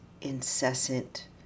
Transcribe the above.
incessant